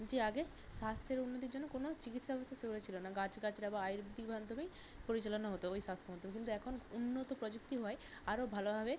যে আগে স্বাস্থ্যের উন্নতির জন্য কোনো চিকিৎসা ব্যবস্থা সেভাবে ছিলো না গাছ গাছড়া বা আয়ুর্বেদিক মাধ্যমেই পরিচালনা হতো ওই স্বাস্থ্য মতে কিন্তু এখন উন্নত প্রযুক্তি হয়ে আরো ভালোভাবে